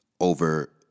over